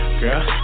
girl